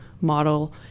model